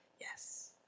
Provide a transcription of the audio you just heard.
Yes